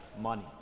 money